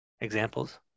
examples